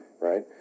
Right